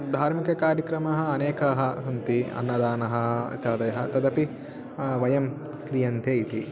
धार्मिककार्यक्रमाः अनेकाः सन्ति अन्नदानम् इत्यादयः तदपि वयं क्रियन्ते इति